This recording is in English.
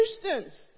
Christians